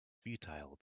futile